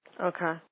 Okay